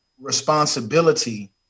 responsibility